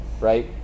right